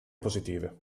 positive